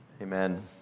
Amen